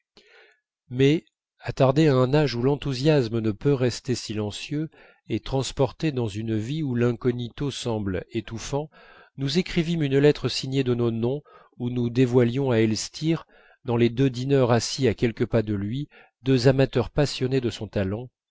mais attardés à un âge où l'enthousiasme ne peut rester silencieux et transportés dans une vie où l'incognito semble étouffant nous écrivîmes une lettre signée de nos noms où nous dévoilions à elstir dans les deux dîneurs assis à quelques pas de lui deux amateurs passionnés de son talent